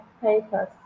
papers